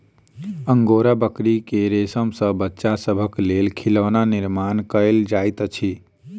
angora बकरी के रेशम सॅ बच्चा सभक लेल खिलौना निर्माण कयल जाइत अछि